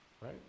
right